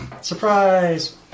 Surprise